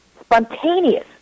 spontaneous